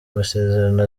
masezerano